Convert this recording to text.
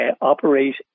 operate